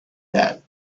that